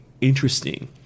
interesting